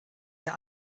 der